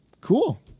cool